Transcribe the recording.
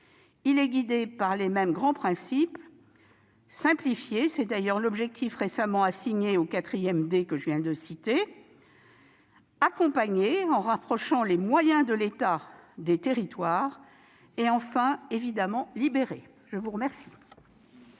Il est guidé par les mêmes grands principes : simplifier- c'est d'ailleurs l'objectif récemment assigné au quatrième « D » que je viens de citer -, accompagner, en rapprochant les moyens de l'État des territoires, et enfin, évidemment, libérer. La parole